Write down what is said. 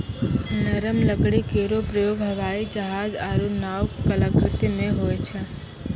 नरम लकड़ी केरो प्रयोग हवाई जहाज, नाव आरु कलाकृति म होय छै